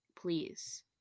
Please